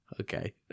Okay